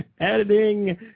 editing